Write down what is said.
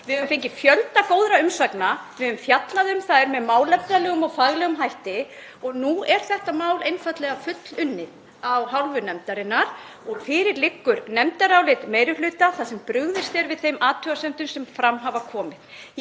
Við höfum fengið fjölda góðra umsagna. Við höfum fjallað um þær með málefnalegum og faglegum hætti og nú er þetta mál einfaldlega fullunnið af hálfu nefndarinnar og fyrir liggur nefndarálit meiri hluta þar sem brugðist er við þeim athugasemdum sem fram hafa komið.